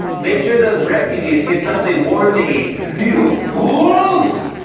make sure those refugees get something warm to eat, you fools!